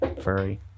Furry